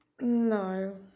No